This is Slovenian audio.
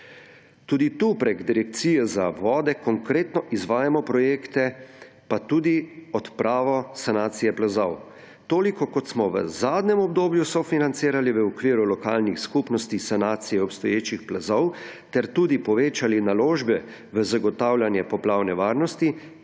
Tudi tukaj preko Direkcije za vode konkretno izvajamo projekte, pa tudi odpravo sanacije plazov. Toliko, kot smo v zadnjem obdobju sofinancirali v okviru lokalnih skupnosti sanacije obstoječih plazov ter tudi povečali naložbe v zagotavljanje poplavne varnosti,